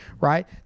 right